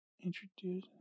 introduce